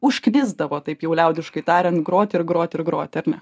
užknisdavo taip jau liaudiškai tariant groti ir groti ir groti ar ne